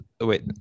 wait